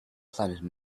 planet